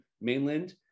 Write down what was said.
mainland